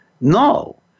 no